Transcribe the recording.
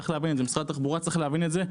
משרד התחבורה צריך להבין את זה.